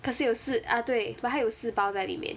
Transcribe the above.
可是有四 ah 对 but 它有四包在里面